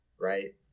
right